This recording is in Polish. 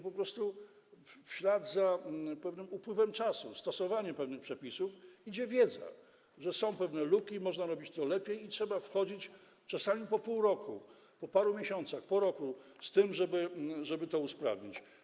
Po prostu w ślad za pewnym upływem czasu, stosowaniem pewnych przepisów, idzie wiedza, że są pewne luki, można robić to lepiej i trzeba wchodzić czasami po pół roku, po paru miesiącach, po roku z tym, żeby to usprawnić.